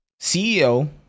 CEO